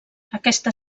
aquesta